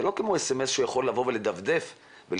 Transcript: זה לא כמו סמס שהוא יכול לבוא ולדפדף ולהסתכל,